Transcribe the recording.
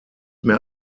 mehr